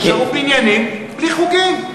נשארו בניינים בלי חוגים.